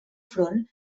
front